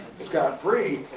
scot-free.